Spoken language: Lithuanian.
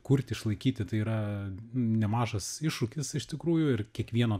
kurti išlaikyti tai yra nemažas iššūkis iš tikrųjų ir kiekvieno